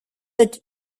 that